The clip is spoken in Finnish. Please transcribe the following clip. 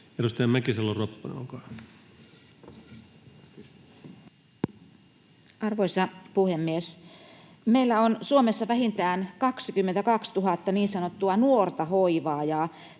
Edustaja Mäkisalo-Ropponen, olkaa hyvä. Arvoisa puhemies! Meillä on Suomessa vähintään 22 000 niin sanottua nuorta hoivaajaa,